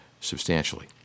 substantially